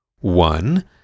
One